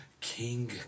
King